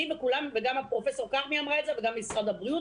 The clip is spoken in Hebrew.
וגם פרופ' כרמי אמרה את זה וגם משרד הבריאות